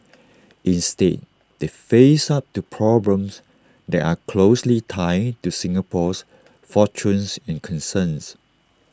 instead they face up to problems that are closely tied to Singapore's fortunes and concerns